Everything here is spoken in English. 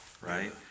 right